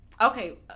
Okay